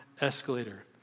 escalator